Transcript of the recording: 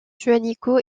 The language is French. juanico